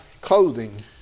clothing